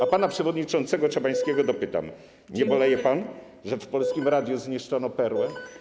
A pana przewodniczącego Czabańskiego dopytam: Nie boleje pan, że w Polskim Radiu zniszczono perłę?